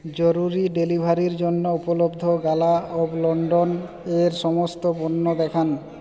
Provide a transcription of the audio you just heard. জরুরি ডেলিভারির জন্য উপলব্ধ গালা অফ লন্ডনের সমস্ত পণ্য দেখান